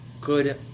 good